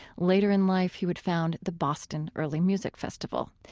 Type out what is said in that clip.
later in life, he would found the boston early music festival.